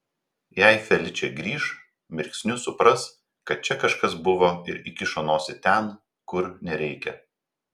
jei feličė grįš mirksniu supras kad čia kažkas buvo ir įkišo nosį ten kur nereikia